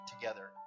together